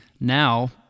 now